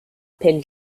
pin